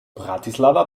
bratislava